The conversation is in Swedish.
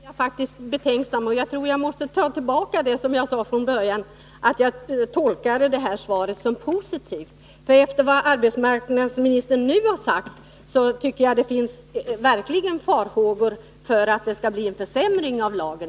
Fru talman! Efter den här debatten är jag faktiskt betänksam. Jag tror att jag måste ta tillbaka det jag sade från början, att jag tolkade svaret som positivt. Efter vad arbetsmarknadsministern nu har sagt tycker jag verkligen att det finns farhågor för att det skall bli en försämring av lagen.